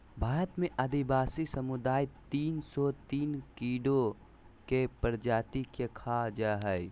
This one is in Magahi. भारत में आदिवासी समुदाय तिन सो तिन कीड़ों के प्रजाति के खा जा हइ